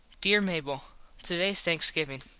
dere mable todays thanksgivin.